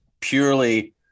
purely